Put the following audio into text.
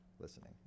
listening